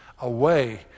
away